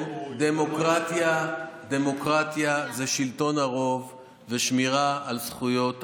דמוקרטיה זה שלטון הרוב ושמירה על זכויות הפרט,